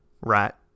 rat